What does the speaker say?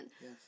Yes